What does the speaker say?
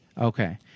Okay